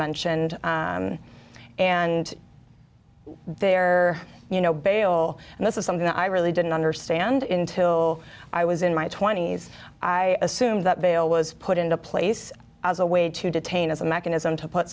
mentioned and they're you know bail and this is something that i really didn't understand in till i was in my twenty's i assume that veil was put into place as a way to detain as a mechanism to put